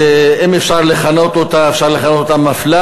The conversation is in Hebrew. שאפשר לכנות אותה מפלה